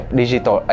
digital